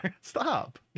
stop